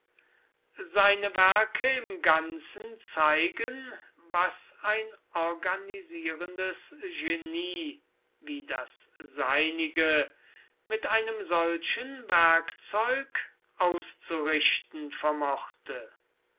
seine werke im ganzen zeigen was ein organisierendes genie wie das seinige mit einem solchen werkzeug auszurichten vermochte